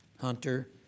Hunter